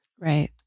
Right